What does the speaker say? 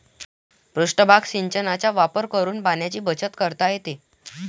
पृष्ठभाग सिंचनाचा वापर करून पाण्याची बचत करता येते